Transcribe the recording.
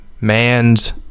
Man's